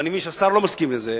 אבל אני מבין שהשר לא מסכים לזה,